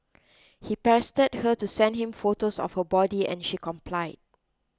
he pestered her to send him photos of her body and she complied